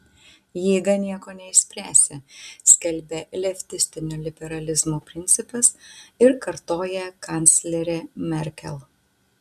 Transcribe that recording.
jėga nieko neišspręsi skelbia leftistinio liberalizmo principas ir kartoja kanclerė merkel